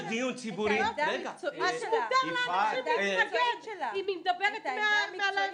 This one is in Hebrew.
מותר לאנשים להתנגד, אם היא מדברת מהלב.